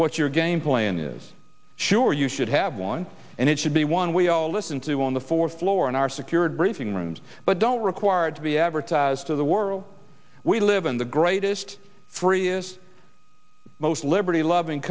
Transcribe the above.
what your game plan is sure you should have one and it should be one we all listen to on the fourth floor in our secured briefing rooms but don't require it to be advertised to the world we live in the greatest free is most liberty loving